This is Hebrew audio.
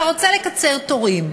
אתה רוצה לקצר תורים.